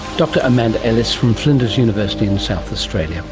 dr amanda ellis from flinders university in south australia,